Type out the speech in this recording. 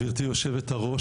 גברתי יושבת הראש,